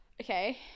Okay